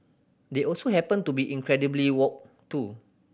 they also happen to be incredibly woke too